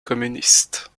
communiste